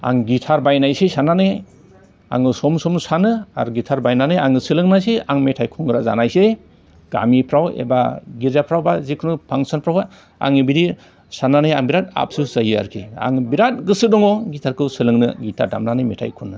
आं गिटार बानायसै साननानै आङो सम सम सानो आरो गिटार बायनानै आङो सोलोंनायसै आं मेथाइ खनग्रा जानायसै गामिफ्राव एबा गिरजाफ्रावबा जिखुनु फंसनफ्रावहाय आङो बिदि साननानै आं बेराद आबसुस जायो आरोखि आङो बेराद गोसो दङ गिटारखौ सोलोंनो गिथार दामनानै मेथाइ खननो